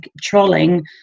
trolling